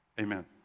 Amen